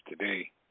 today